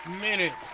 minutes